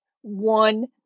one